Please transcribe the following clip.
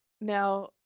now